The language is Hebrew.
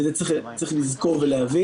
את זה צריך לזכור ולהבין.